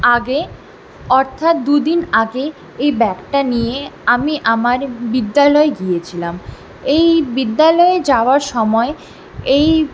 আগে অর্থাৎ দুদিন আগে এই ব্যাগটা নিয়ে আমি আমার বিদ্যালয়ে গিয়েছিলাম এই বিদ্যালয়ে যাওয়ার সময় এই